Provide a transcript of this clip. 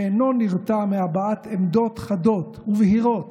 שאינו נרתע מהבעת עמדות חדות ובהירות